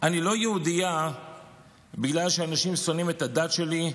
"אני לא יהודייה בגלל שאנשים שונאים את הדת שלי,